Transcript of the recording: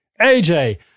AJ